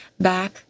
back